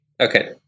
Okay